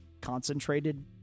concentrated